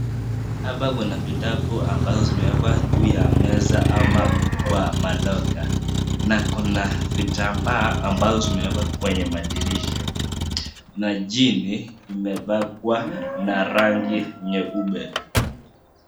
Hapa kuna vitabu ambazo zimewekwa kwenye juu ya meza ama kwa "locker" na kuna vitamba ambazo zimewekwa kwenye madirisha, na chini imepakwa na rangi nyeupe.